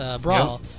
Brawl